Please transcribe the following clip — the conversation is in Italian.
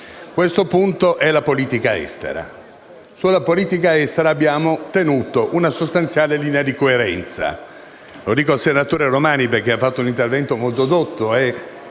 coerenza, è la politica estera. Sulla politica estera abbiamo tenuto una linea di coerenza. Lo dico al senatore Romani, che ha fatto un intervento molto dotto